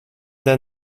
the